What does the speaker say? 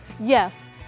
Yes